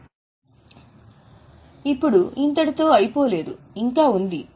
ఇప్పుడు ఇంతటితో అయిపోలేదు ఇంకా ఉంది